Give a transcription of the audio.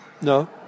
no